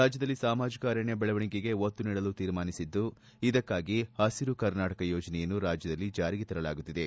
ರಾಜ್ಯದಲ್ಲಿ ಸಾಮಾಜಿಕ ಅರಣ್ಯ ಬೆಳವಣಿಗೆಗೆ ಒತ್ತು ನೀಡಲು ತೀರ್ಮಾನಿಸಿದ್ದು ಇದಕ್ಕಾಗಿ ಪಸಿರು ಕರ್ನಾಟಕ ಯೋಜನೆಯನ್ನು ರಾಜ್ಯದಲ್ಲಿ ಜಾರಿಗೆ ತರಲಾಗುತ್ತಿದೆ